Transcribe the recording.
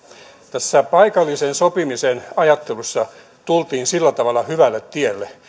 tässä paikallisen sopimisen ajattelussa tultiin sillä tavalla hyvälle tielle